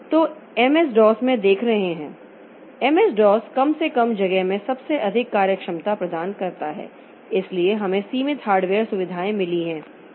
तो MS DOS में देख रहे हैं MS DOS कम से कम जगह में सबसे अधिक कार्यक्षमता प्रदान करने करता है इसलिए हमें सीमित हार्डवेयर सुविधाएं मिली हैं